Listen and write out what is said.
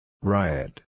Riot